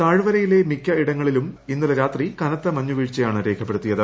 താഴ്വരയിലെ മിക്ക ഇടങ്ങളിലും ഇന്നലെ രാത്രി കനത്ത മഞ്ഞു വീഴ്ചയാണ് രേഖപ്പെടുത്തിയത്